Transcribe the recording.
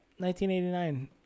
1989